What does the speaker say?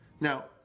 Now